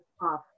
off